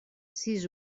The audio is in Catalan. sis